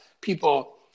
people